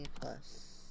plus